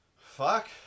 fuck